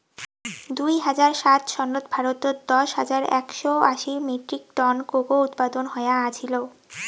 দুই হাজার সাত সনত ভারতত দশ হাজার একশও আশি মেট্রিক টন কোকো উৎপাদন হয়া আছিল